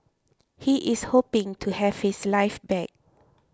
he is hoping to have his life back